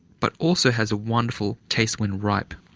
but also has a wonderful taste when ripe.